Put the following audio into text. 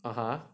ah